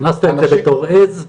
הכנסת את זה בתור עז?